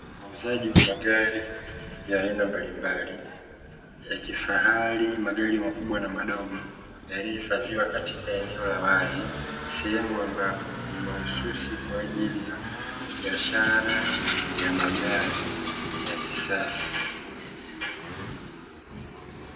Wauzaji wa magari ya aina mbalimbali ya kifahari, magari makubwa na madogo, yaliyohifadhiwa katika eneo la wazi, sehemu ambapo ni mahususi kwa ajili ya biashara ya magari ya kisasa.